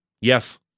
Yes